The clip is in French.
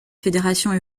fédération